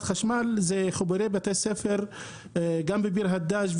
חשמל זה חיבורי בתי ספר גם בביר הדאג',